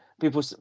people